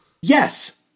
Yes